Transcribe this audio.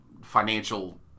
Financial